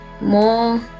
more